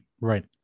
right